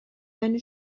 seine